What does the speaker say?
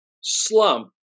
slump